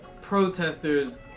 protesters